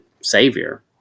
Savior